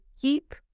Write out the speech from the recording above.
keep